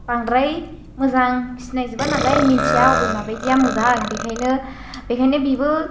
बांद्राय मोजां सिनायजोबा नालाय मिनथिया अबे माबायदिया मोजां बेखायनो बेखायनो बेबो